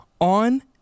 on